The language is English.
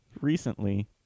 Recently